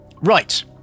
Right